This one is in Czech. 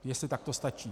Jestli takto stačí.